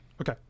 Okay